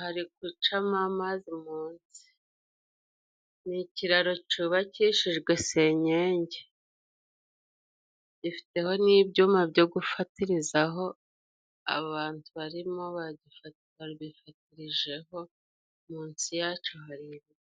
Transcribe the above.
hari gucamo amazi munsi, ni ikiraro cyubakishijwe senyenge, gifiteho n'ibyuma byo gufatiriza abantu barimo bagifatijeho, munsi yacyo hari ibiti.